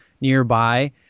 nearby